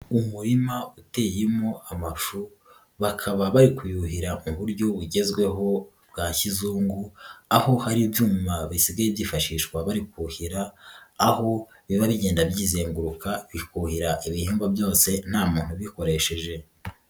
Umurima uteyemo amafu bakaba bari kuyuhira mu buryo bugezweho bwa kizungu aho hari ibyuma bisigaye byifashishwa bari kuhira aho biba bigenda byizenguruka bihuhira ibihingwa byose nta muntu ubikoresheje.